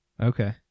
Okay